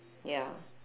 ya